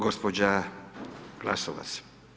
Gđa. Glasovac.